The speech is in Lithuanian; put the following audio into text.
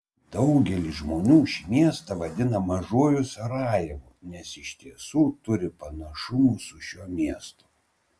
daugelis žmonių šį miestą vadina mažuoju sarajevu nes iš tiesų turi panašumų su šiuo miestu